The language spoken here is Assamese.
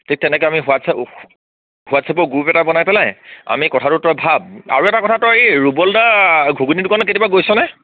ঠিক তেনেকে আমি হোৱাটছএপ হোৱাটছএপৰ গ্ৰুপ এটা বনাই পেলাই আমি কথাটো তই ভাৱ আৰু এটা কথাটো এই ৰুবলদা ঘুগুনী দোকানত কেতিয়াবা গৈছ নে